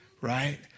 right